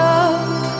up